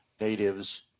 natives